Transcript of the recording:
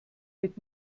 wird